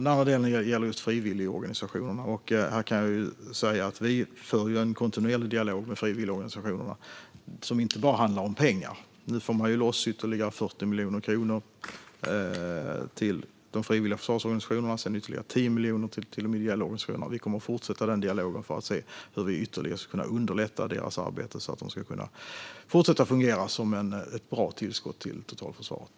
Den andra delen gäller frivilligorganisationerna. Vi för en kontinuerlig dialog med frivilligorganisationerna som inte bara handlar om pengar. Nu får man loss ytterligare 40 miljoner kronor till de frivilliga försvarsorganisationerna och ytterligare 10 miljoner till de ideella organisationerna. Vi kommer att fortsätta den dialogen för att se hur vi ytterligare ska kunna underlätta deras arbete, så att de ska kunna fortsätta att fungera som ett bra tillskott till totalförsvaret.